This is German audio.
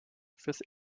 fürs